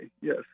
Yes